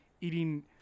eating